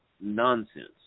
nonsense